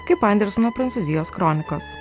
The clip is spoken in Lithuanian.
kaip anderseno prancūzijos kronikos